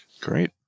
Great